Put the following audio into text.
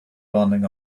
running